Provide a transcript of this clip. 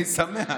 אני שמח.